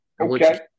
okay